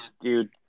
Dude